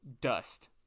dust